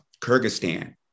Kyrgyzstan